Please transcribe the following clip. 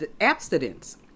abstinence